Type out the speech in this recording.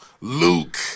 Luke